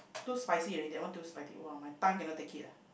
too spicy already that one too spicy !wah! my tongue cannot take it ah